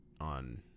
on